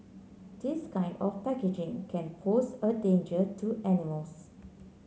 this kind of packaging can pose a danger to animals